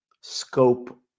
scope